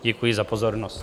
Děkuji za pozornost.